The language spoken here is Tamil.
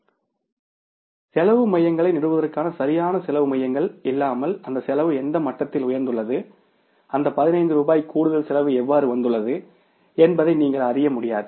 காஸ்ட் சென்டர்ங்களை நிறுவுவதற்கான சரியான காஸ்ட் சென்டர்ங்கள் இல்லாமல் அந்த செலவு எந்த மட்டத்தில் உயர்ந்துள்ளது அந்த பதினைந்து ரூபாய் கூடுதல் செலவு எவ்வாறு வந்துள்ளது என்பதை நீங்கள் அறிய முடியாது